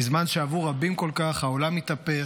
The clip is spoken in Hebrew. בזמן שעבור רבים כל כך העולם התהפך,